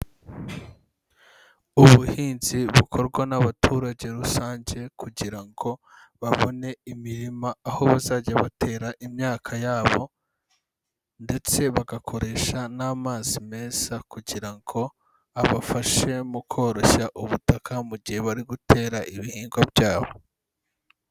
Ubuhinzi bukorwa n'abaturage rusange kugira ngo babone imirima aho bazajya batera imyaka yabo ndetse bagakoresha n'amazi meza kugira ngo abafashe mu koroshya ubutaka mu gihe bari gutera ibihingwa byabo.